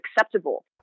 acceptable